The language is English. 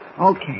okay